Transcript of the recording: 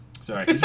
Sorry